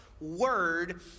word